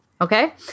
okay